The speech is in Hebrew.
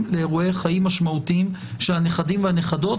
לאירועי חיים משמעותיים של הנכדים והנכדות.